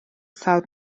sawl